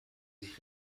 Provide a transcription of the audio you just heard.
sich